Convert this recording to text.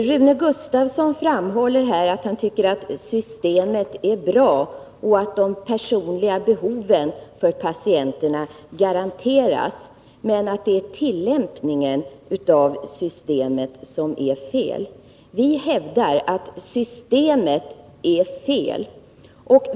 Fru talman! Rune Gustavsson framhåller att han tycker att systemet är bra och att de personliga behoven för patienterna garanteras men att det är tillämpningen av systemet som är fel.